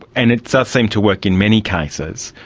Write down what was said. and it does seem to work in many cases,